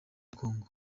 kongo